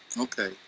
Okay